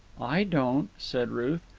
i don't, said ruth.